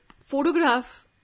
photograph